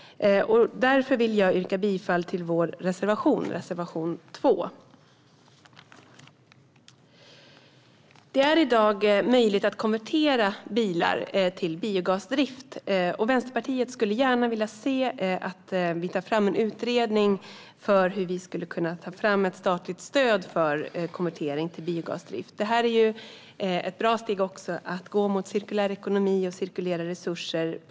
Därför yrkar jag bifall till vår reservation 2. Det är i dag möjligt att konvertera bilar till biogasdrift. Vänsterpartiet skulle gärna vilja se att det utreds hur vi skulle kunna ta fram ett statligt stöd för konvertering till biogasdrift. Detta är ett bra steg för att gå mot cirkulär ekonomi och cirkulera resurser.